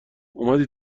اومدی